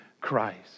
Christ